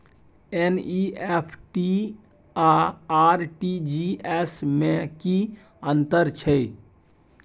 NEFT आ RTGS में की अन्तर छै?